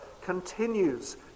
continues